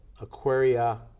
Aquaria